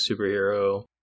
superhero